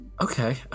Okay